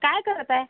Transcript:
काय करत आहे